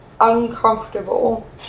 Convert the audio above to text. uncomfortable